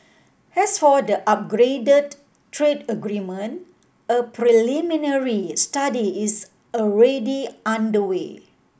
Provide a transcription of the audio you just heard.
as for the upgraded trade agreement a preliminary study is already underway